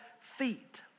feet